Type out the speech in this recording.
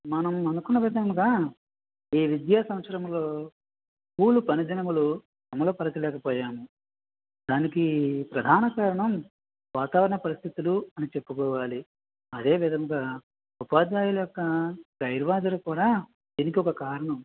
మనం అనుకున్న విధముగా ఈ విద్యా సంవత్సరములో స్కూలు పని దినములు అమలుపరచలేకపోయాము దానికి ప్రధాన కారణం వాతావరణ పరిస్థితులు అని చెప్పుకోవాలి అదే విధముగా ఉపాధ్యాయుల యొక్క గైర్హాజరు కూడా దీనికి కారణం